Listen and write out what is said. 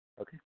Okay